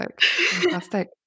Fantastic